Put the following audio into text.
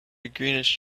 greenish